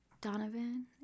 Donovan